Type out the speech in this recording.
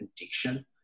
addiction